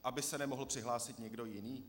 Aby se nemohl přihlásit někdo jiný?